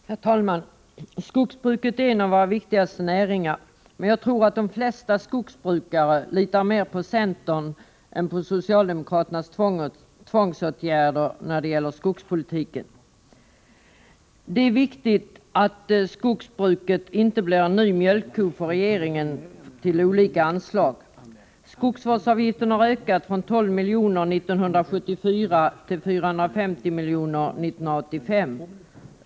Herr talman! Skogsbruket är en av våra viktigaste näringar, men jag tror att de flesta skogsbrukare litar mer på centern än på socialdemokraternas tvångsåtgärder när det gäller skogspolitiken. Det är viktigt att skogsbruket inte blir en ny mjölkko för regeringen till olika anslag. Skogsvårdsavgiften har ökat från 12 milj.kr. 1974 till 450 milj.kr. 1985.